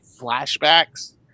flashbacks